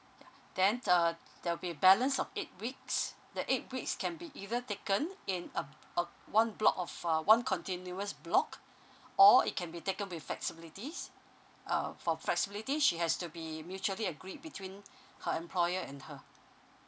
ya then uh there'll be balance of eight weeks the eight weeks can be either taken in uh uh one block of uh one continuous block or it can be taken with flexibilities uh for flexibility she has to be mutually agreed between her employer and her